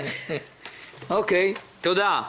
תודה.